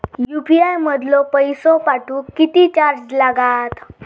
UPI मधलो पैसो पाठवुक किती चार्ज लागात?